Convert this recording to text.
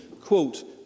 quote